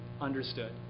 understood